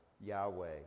Yahweh